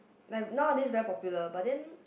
like nowadays very popular but then